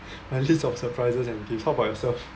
my list of surprises and gifts how about yourself